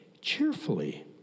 cheerfully